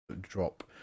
drop